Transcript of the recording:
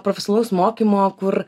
profesionalaus mokymo kur